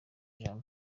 jean